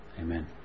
Amen